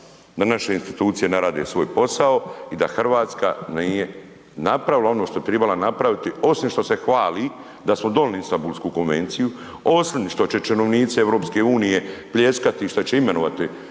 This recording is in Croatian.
da naše institucije ne rade svoj posao i da RH nije napravila ono što bi tribala napraviti osim što se hvali da smo donili Istambulsku konvenciju, osim što će činovnici EU pljeskati, što će imenovati Marijanu